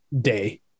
day